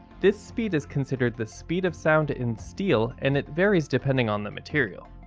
this speed is considered the speed of sound in steel and it varies depending on the material.